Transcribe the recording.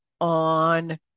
on